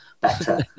better